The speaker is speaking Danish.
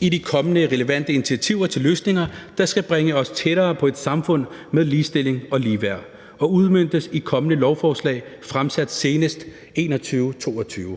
i de kommende relevante initiativer til løsninger, der skal bringe os tættere på et samfund med ligestilling og ligeværd og udmøntes i kommende lovforslag fremsat senest i 2021-22.